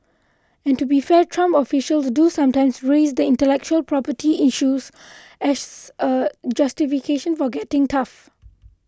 and to be fair Trump officials do sometimes raise the intellectual property issue as a justification for getting tough